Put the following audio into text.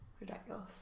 Ridiculous